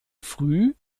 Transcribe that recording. früh